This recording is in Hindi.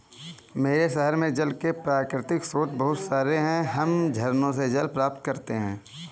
मेरे शहर में जल के प्राकृतिक स्रोत बहुत सारे हैं हम झरनों से जल प्राप्त करते हैं